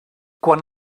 quan